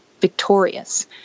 victorious